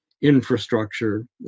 infrastructure